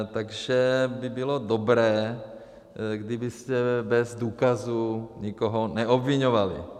Takže by bylo dobré, kdybyste bez důkazů nikoho neobviňovali.